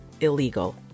illegal